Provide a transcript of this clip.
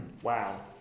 Wow